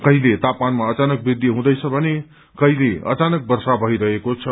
कहिले तापमानमा अचानक वृद्धि हुँदछ भने कहिले अचानक वर्षा भइरहेको छ